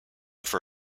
for